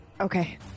Okay